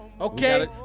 Okay